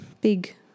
big